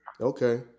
Okay